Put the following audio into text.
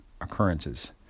occurrences